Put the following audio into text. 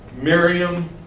Miriam